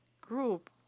group